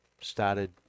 started